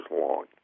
long